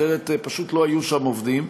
אחרת פשוט לא היו שם עובדים.